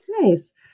nice